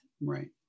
right